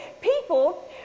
people